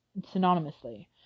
synonymously